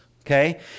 okay